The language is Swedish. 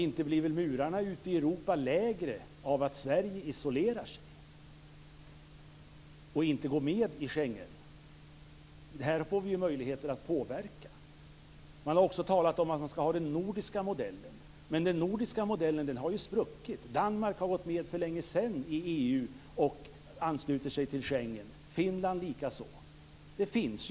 Inte blir murarna ute i Europa lägre av att Sverige isolerar sig och inte går med i Schengensamarbetet? Där får vi ju möjligheter att påverka. Det har också talats om att vi skall ha den nordiska modellen. Men den nordiska modellen har ju spruckit. Danmark gick med i EU för länge sedan och ansluter sig till Schengensamarbetet. Detsamma gör Finland.